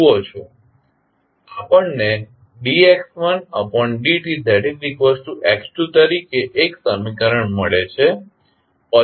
આપણને dx1dtx2t તરીકે એક સમીકરણ મળે છે